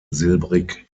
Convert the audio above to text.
silbrig